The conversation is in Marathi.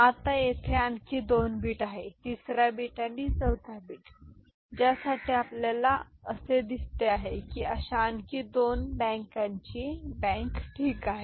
आता तेथे आणखी 2 बिट आहेत 3 रा बिट आणि 4 था बिट ज्यासाठी आपल्याला असे दिसते आहे की अशा आणखी दोन बँकांची बँक ठीक आहे